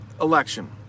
election